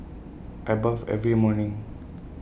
I bathe every morning